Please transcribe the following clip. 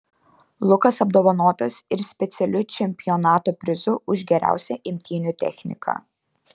lukas apdovanotas ir specialiu čempionato prizu už geriausią imtynių techniką